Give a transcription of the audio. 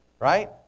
right